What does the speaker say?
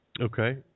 Okay